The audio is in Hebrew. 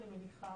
אני מניחה,